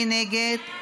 מי נגד?